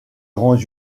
grands